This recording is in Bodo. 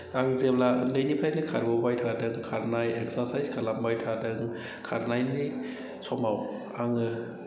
आं जेब्ला उन्दैनिफ्रायनो खारबोबाय थादों खारनाय एक्सारसाइस खालामबाय थादों खारनायनि समाव आङो